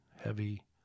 heavy